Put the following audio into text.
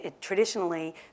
traditionally